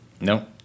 No